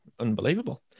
Unbelievable